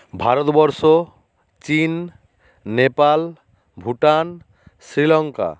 ভারতবর্ষ চীন নেপাল ভুটান শ্রীলঙ্কা